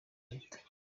leta